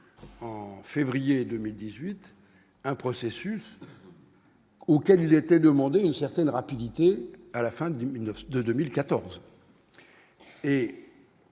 en février 2018 un processus. Auxquels il était demandé une certaine rapidité à la fin 2009, de